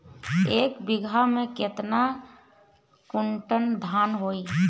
एक बीगहा में केतना कुंटल धान होई?